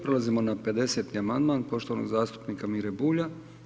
Prelazimo na 50. amandman poštovanog zastupnika Mire Bulja.